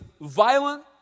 violent